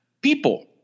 People